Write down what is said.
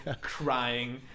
crying